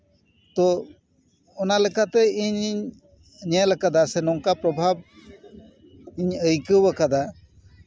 ᱛᱳ ᱚᱱᱟ ᱞᱮᱠᱟᱛᱮ ᱤᱧᱤᱧ ᱧᱮᱞ ᱟᱠᱟᱫᱟ ᱥᱮ ᱱᱚᱝᱠᱟ ᱯᱨᱚᱵᱷᱟᱵᱽ ᱤᱧ ᱟᱹᱭᱠᱟᱹᱣ ᱟᱠᱟᱫᱟ